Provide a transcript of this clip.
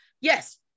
Yes